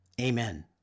Amen